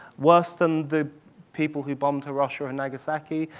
worse than the people who bombed hiroshima and nagasaki?